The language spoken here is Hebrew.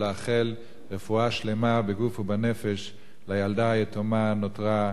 ולאחל רפואה שלמה בגוף ובנפש לילדה היתומה שנותרה,